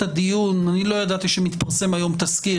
הדיון אני לא ידעתי שמתפרסם היום תזכיר.